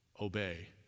obey